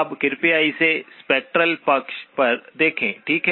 अब कृपया इसे स्पेक्ट्रल पक्ष पर देखें ठीक है